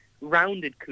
rounded